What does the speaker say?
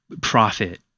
profit